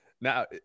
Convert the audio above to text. Now